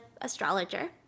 astrologer